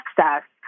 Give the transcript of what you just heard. access